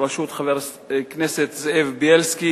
בראשות חבר הכנסת זאב בילסקי,